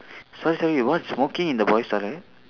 sorry sorry what smoking in the boys' toilet